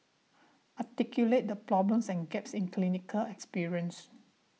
articulate the problems and gaps in clinical experience